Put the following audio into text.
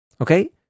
Okay